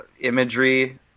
imagery